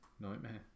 Nightmare